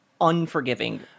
Unforgiving